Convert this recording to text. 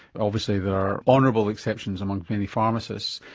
obviously there are honourable exceptions among many pharmacists.